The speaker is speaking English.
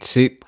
See